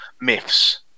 myths